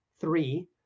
three